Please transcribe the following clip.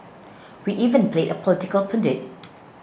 we even played political pundit